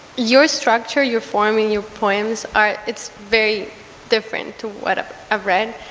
your structure, your form in your poems are it's very different to what ah i've read,